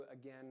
again